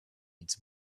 its